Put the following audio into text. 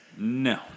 No